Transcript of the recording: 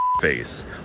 face